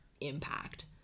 impact